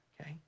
Okay